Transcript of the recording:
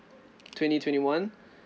twenty twenty one